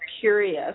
curious